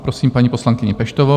Prosím paní poslankyni Peštovou.